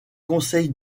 conseil